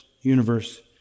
universe